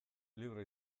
libre